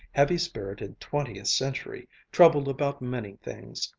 heavy-spirited twentieth century, troubled about many things,